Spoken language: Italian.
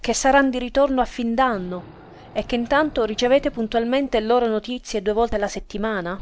che saran di ritorno a fin d'anno e che intanto ricevete puntualmente loro notizie due volte la settimana